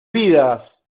vidas